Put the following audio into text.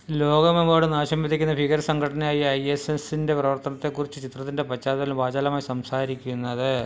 ലോകമെമ്പാടും നാശം വിതയ്ക്കുന്ന ഭീകരസംഘടനയായ ഐ എസ് എസിന്റെ പ്രവർത്തനത്തെക്കുറിച്ച് ചിത്രത്തിന്റെ പശ്ചാത്തലം വാചാലമായി സംസാരിക്കുന്നത്